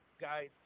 guys